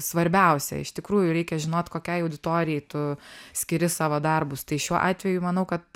svarbiausia iš tikrųjų reikia žinot kokiai auditorijai tu skiri savo darbus tai šiuo atveju manau kad